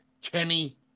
Kenny